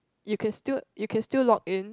you can still you can still login